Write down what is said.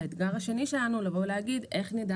האתגר השני שלנו הוא לבוא ולהגיד איך נדע